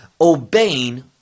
Obeying